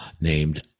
named